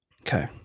Okay